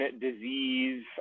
disease